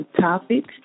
topics